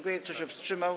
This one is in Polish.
Kto się wstrzymał?